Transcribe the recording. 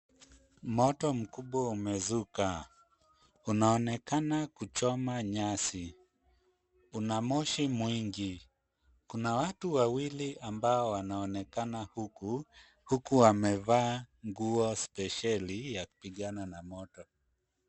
Moto mkubwa umezuka. Unaonekana kuchoma nyasi, una moshi mwingi. Kuna watu wawili ambao wanaonekana huku, huku wamevaa nguo spesheli ya kupigana na moto.